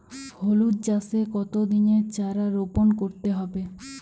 হলুদ চাষে কত দিনের চারা রোপন করতে হবে?